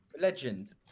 Legend